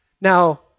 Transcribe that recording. Now